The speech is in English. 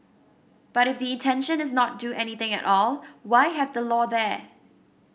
but if the intention is not do anything at all why have the law there